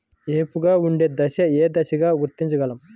ఏపుగా ఉండే దశను ఏ విధంగా గుర్తించగలం?